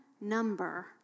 number